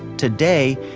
today,